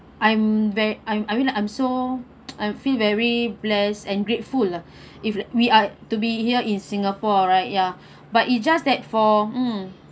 I'm very I'm I mean I'm so I feel very blessed and grateful lah if we are to be here in singapore right ya but it's just that for mm